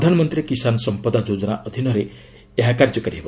ପ୍ରଧାନମନ୍ତ୍ରୀ କିଷାନ ସମ୍ପଦା ଯୋଜନା ଅଧୀନରେ ଏହା କାର୍ଯ୍ୟକାରୀ ହେବ